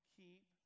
keep